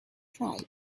tribes